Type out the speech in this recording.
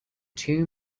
two